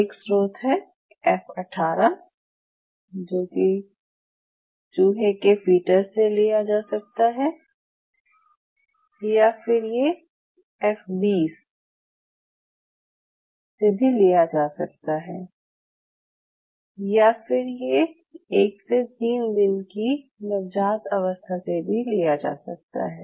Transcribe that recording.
एक स्रोत है एफ 18 जो कि चूहे के फ़ीटस से लिया जा सकता है या फिर ये एफ 20 से भी लिया जा सकता है या फिर ये 1 से 3 दिन की नवजात अवस्था से भी लिया जा सकता है